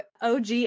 OG